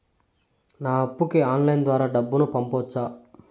నా అప్పుకి ఆన్లైన్ ద్వారా డబ్బును పంపొచ్చా